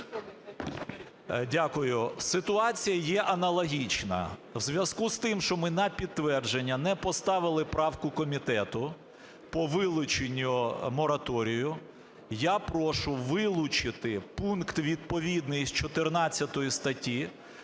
Дякую. Ситуація є аналогічна. У зв'язку із тим, що ми на підтвердження не поставили правку комітету по вилученню мораторію, я прошу вилучити пункт відповідний із 14 статті,